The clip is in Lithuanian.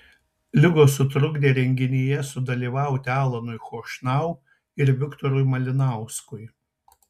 ligos sutrukdė renginyje sudalyvauti alanui chošnau ir viktorui malinauskui